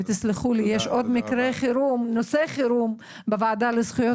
ותסלחו לי יש עוד נושא חירום בוועדה לזכויות